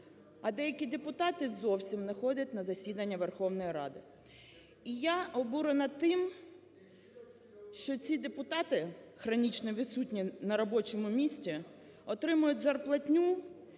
а деякі депутати зовсім не ходять на засідання Верховної Ради. І я обурена тим, що ці депутати, хронічно відсутні на робочому місці, отримують зарплатню